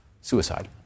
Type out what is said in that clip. suicide